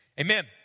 Amen